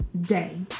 day